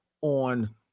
on